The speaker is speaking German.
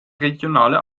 regionale